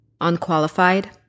unqualified